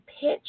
Pitch